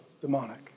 demonic